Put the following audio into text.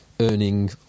Earning